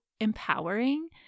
empowering